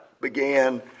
began